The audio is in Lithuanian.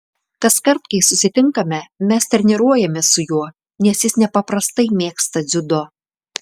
kaskart kai susitinkame mes treniruojamės su juo nes jis nepaprastai mėgsta dziudo